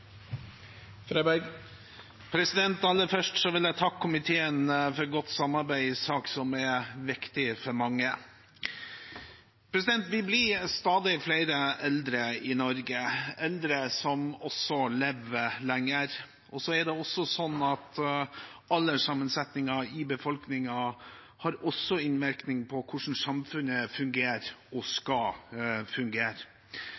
for godt samarbeid i en sak som er viktig for mange. Vi blir stadig flere eldre i Norge – flere eldre som også lever lenger. Alderssammensetningen i befolkningen har også innvirkning på hvordan samfunnet fungerer og